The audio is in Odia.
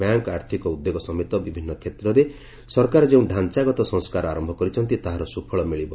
ବ୍ୟାଙ୍କ ଆର୍ଥିକ ଉଦ୍ୟୋଗ ସମେତ ବିଭିନ୍ନ କ୍ଷେତ୍ରରେ ସରକାର ଯେଉଁ ଢ଼ାଞ୍ଚାଗତ ସଂସ୍କାର ଆରମ୍ଭ କରିଛନ୍ତି ତାହାର ସୁଫଳ ମିଳିବ